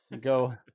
Go